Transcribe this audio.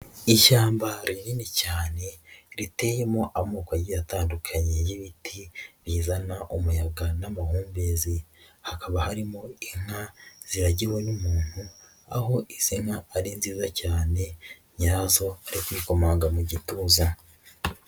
Ishyamba rinini cyane riteyemo amoko agiye atandukanye y'ibiti bizana umuyaga n'amahumbezi, hakaba harimo inka ziragiwe n'umuntu aho izi nka ari nziza cyane, nyirazo ari kwikomanga mu gituza.